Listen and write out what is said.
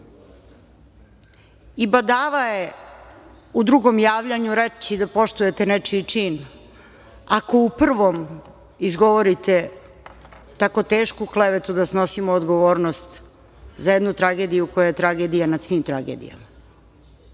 badava je u drugom javljanju reći da poštujete nečiji čin, ako u prvom izgovorite tako tešku klevetu da snosimo odgovornost za jednu tragediju koja je tragedija nad svim tragedijama.